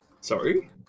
Sorry